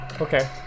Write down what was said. okay